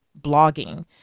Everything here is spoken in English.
blogging